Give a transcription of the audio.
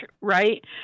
right